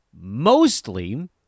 mostly